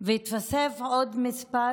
והתווסף עוד מספר,